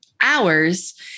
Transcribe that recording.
hours